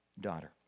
daughter